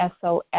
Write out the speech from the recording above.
SOS